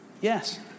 Yes